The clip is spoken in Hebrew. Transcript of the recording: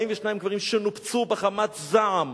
42 קברים שנופצו בחמת זעם.